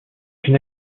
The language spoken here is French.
une